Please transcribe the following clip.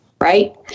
right